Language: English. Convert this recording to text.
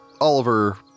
Oliver